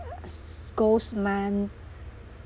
ugh s~ ghost month